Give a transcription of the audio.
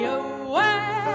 away